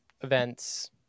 events